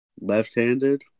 Left-handed